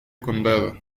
condado